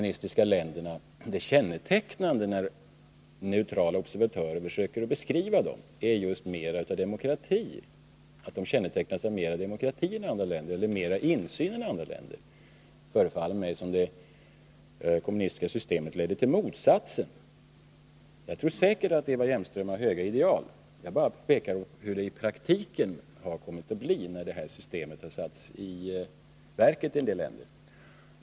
När neutrala observatörer försöker beskriva de kommunistiska länderna har jag inte sett att det kännetecknande där är mera demokrati och bättre insyn än i andra länder. Det förefaller mig i stället som om det kommunistiska systemet ledde till motsatsen. — Jag tror säkert att Eva Hjelmström har höga ideal, men jag bara pekar på hur det har kommit att bli i praktiken när systemet har satts i verket i en del länder.